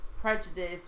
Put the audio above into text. prejudice